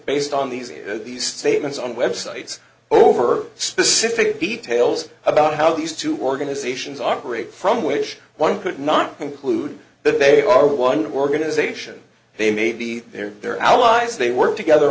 based on these these statements on websites over specific details about how these two organizations operate from which one could not conclude that they are one organization they may be there their allies they work together